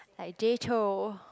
like Jay-Chou